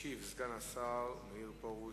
ישיב סגן השר מאיר פרוש,